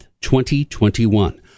2021